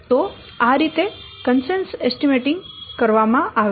તો આ રીતે કન્સેન્સસ એસ્ટીમેંટિંગ કરવામાં આવે છે